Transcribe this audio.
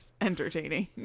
entertaining